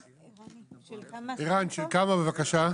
ואחרי זה אפשר לקבל עוד את שש השנים של 9ג'. שיהיה גם